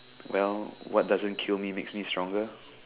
well what doesn't kill me makes me stronger